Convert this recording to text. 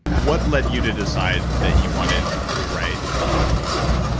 what led you to decide that you wanted to write how to be well?